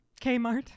Kmart